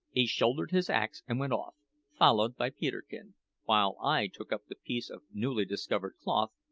he shouldered his axe and went off followed by peterkin while i took up the piece of newly discovered cloth,